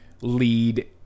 lead